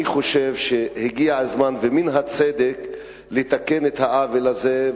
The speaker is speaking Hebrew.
אני חושב שהגיע הזמן ומן הצדק לתקן את העוול הזה,